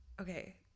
okay